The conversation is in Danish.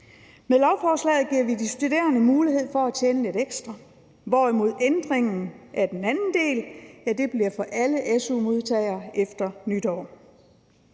Med lovforslaget giver vi de studerende mulighed for at tjene lidt ekstra, hvorimod ændringen af den anden del bliver for alle su-modtagere efter nytår